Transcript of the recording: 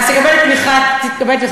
אז תקבל את תמיכת הקואליציה.